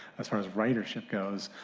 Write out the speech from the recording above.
as far as ridership goes.